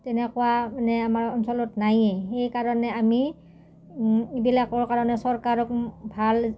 তেনেকুৱা মানে আমাৰ অঞ্চলত নায়েই সেইকাৰণে আমি এইবিলাকৰ কাৰণে চৰকাৰক ভাল